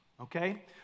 okay